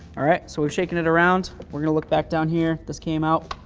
all right, so we're shaking it around. we're going to look back down here. this came out.